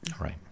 Right